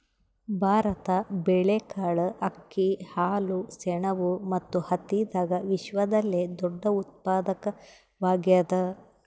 ಭಾರತ ಬೇಳೆಕಾಳ್, ಅಕ್ಕಿ, ಹಾಲು, ಸೆಣಬು ಮತ್ತು ಹತ್ತಿದಾಗ ವಿಶ್ವದಲ್ಲೆ ದೊಡ್ಡ ಉತ್ಪಾದಕವಾಗ್ಯಾದ